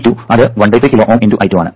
V2 അത് 1 3 kilo Ω × I2 ആണ്